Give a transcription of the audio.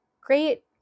great